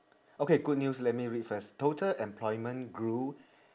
okay good news let me read first total employment grew